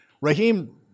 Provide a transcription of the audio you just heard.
Raheem